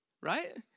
right